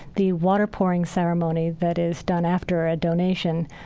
the water pouring ceremony that is done after a donation,